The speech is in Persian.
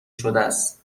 شدس